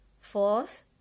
Fourth